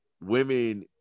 women